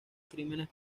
crímenes